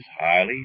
highly